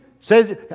says